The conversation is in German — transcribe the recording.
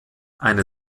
eine